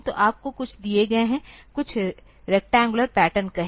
तो आपको कुछ दिए गए हैं कुछ रेक्टेंगुलर पैटर्न कहें